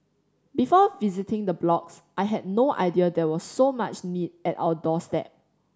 before visiting the blocks I had no idea there was so much need at our doorstep